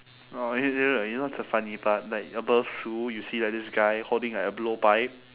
or y~ y~ know you know what's the funny part like above sue you see like this guy holding like a blowpipe